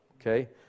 okay